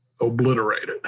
obliterated